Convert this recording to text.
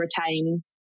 retain